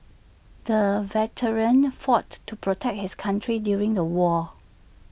the veteran fought to protect his country during the war